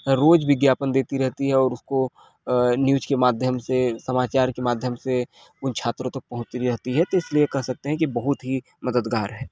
रोज विज्ञापन देती रहती है और उसको न्यूज़ के माध्यम से समाचार के माध्यम से उन छात्रों तक पहुँचती रहती है तो इसलिए कह सकते हैं की बहुत ही मददगार है